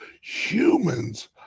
humans